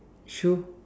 shoe